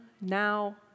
now